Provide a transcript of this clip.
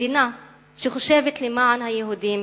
מדינה שחושבת למען היהודים,